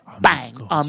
Bang